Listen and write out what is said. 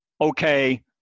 okay